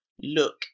look